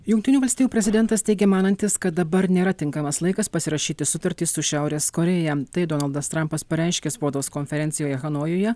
jungtinių valstijų prezidentas teigė manantis kad dabar nėra tinkamas laikas pasirašyti sutartį su šiaurės korėja tai donaldas trampas pareiškė spaudos konferencijoje hanojuje